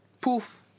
Poof